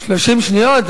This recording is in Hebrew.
30 שניות?